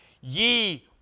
ye